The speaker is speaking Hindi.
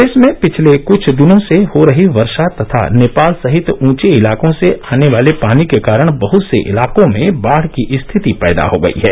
प्रदेश में पिछले क्छ दिनों से हो रही वर्षा तथा नेपाल सहित ऊंचे इलाकों से आने वाले पानी के कारण बहत से इलाकों में बाढ़ की स्थिति पैदा हो गई है